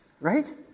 Right